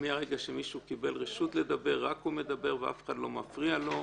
מהרגע שמישהו קיבל רשות לדבר רק הוא מדבר ואף אחד לא מפריע לו.